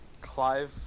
Clive